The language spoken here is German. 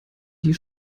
die